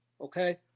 Okay